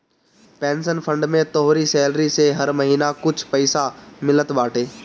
pension fund में तोहरी salary से हर महिना कुछ पईसा मिलत बाटे